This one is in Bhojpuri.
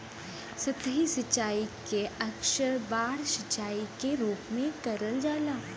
सतही सिंचाई के अक्सर बाढ़ सिंचाई के रूप में करल जाला